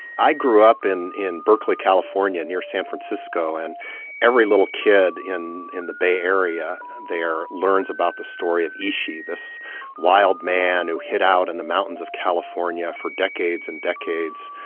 i grew up in in berkeley, california near san francisco and every little kid in in the bay area there learns about the story of ishi, this wild man who hid out in and the mountains of california for decades and decades,